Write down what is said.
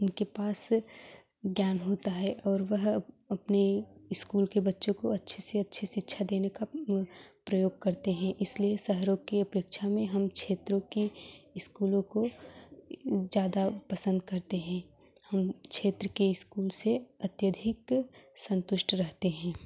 उनके पास ज्ञान होता है और वह अपने स्कूल के बच्चों को अच्छी से अच्छी शिक्षा देने का प्रयोग करते हैं इसलिए शहरों की अपेक्षा में हम क्षेत्रों के स्कूलों को ज्यादा पसंद करते हैं हम क्षेत्र के स्कूल से अत्यधिक संतुष्ट रहते हैं